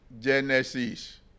Genesis